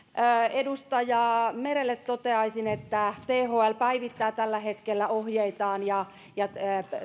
edustaja merelle toteaisin että thl päivittää tällä hetkellä ohjeitaan ja ja